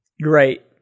Great